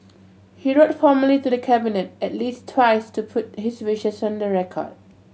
he wrote formally to the Cabinet at least twice to put his wishes on the record